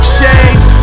shades